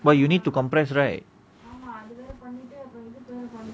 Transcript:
but you need to compress right